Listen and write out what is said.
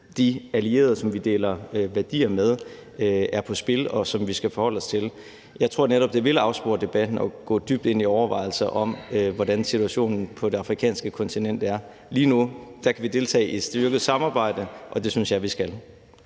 de allierede, som vi deler værdier med. Det er på spil og noget, som vi skal forholde os til. Jeg tror netop, det vil afspore debatten at gå dybt ind i overvejelser om, hvordan situationen på det afrikanske kontinent er. Lige nu kan vi deltage i et styrket samarbejde, og det synes jeg vi skal.